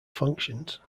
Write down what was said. functions